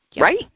Right